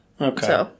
okay